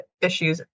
issues